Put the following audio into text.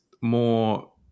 more